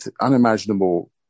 unimaginable